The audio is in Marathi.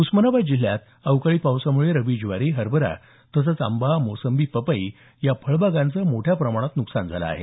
उस्मानाबाद जिल्ह्यात अवकाळी पावसामुळे रब्बी ज्वारी हरभरा तसंच आंबा मोसंबी पपई या फळबागांचं मोठ्या प्रमाणात नुकसान झाले आहे